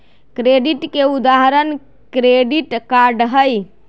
credit के उदाहरण credit card हई